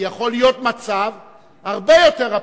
כי יכול להיות מצב הרבה יותר אבסורדי,